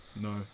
no